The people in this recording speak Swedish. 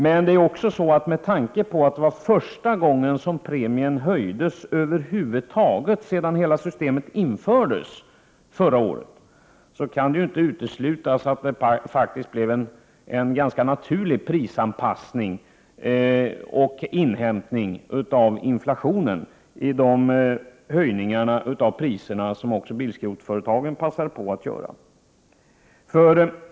Men med tanke på att höjningen förra året var den första som över huvud taget gjordes kan det inte uteslutas att de prishöjningar som bilskrotningsföretagen passade på att göra innebar en ganska naturlig anpassning till inflationen.